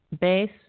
base